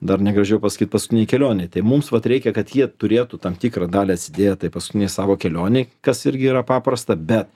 dar negražiau pasakyt paskutinei kelionei tai mums vat reikia kad jie turėtų tam tikrą dalį atsidėję tai paskutinei savo kelionei kas irgi yra paprasta bet